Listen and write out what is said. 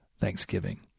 Thanksgiving